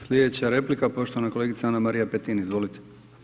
Slijedeća replika poštovana kolegica Ana-Marija Petin, izvolite.